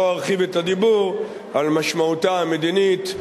ולא ארחיב את הדיבור על משמעותה המדינית,